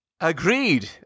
Agreed